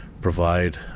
provide